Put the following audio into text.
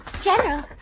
General